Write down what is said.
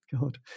god